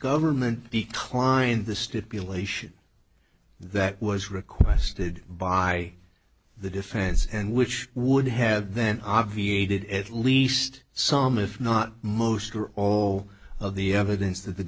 government be klein the stipulation that was requested by the defense and which would have then obviated at least some if not most or all of the evidence that the